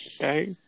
okay